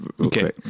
Okay